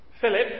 Philip